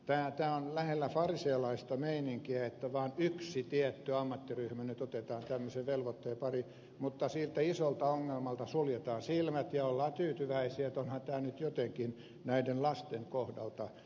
tämä on lähellä farisealaista meininkiä että vaan yksi tietty ammattiryhmä nyt otetaan tämmöisen velvoitteen pariin mutta siltä isolta ongelmalta suljetaan silmät ja ollaan tyytyväisiä että onhan tämä nyt jotenkin edes näiden lasten kohdalta kunnossa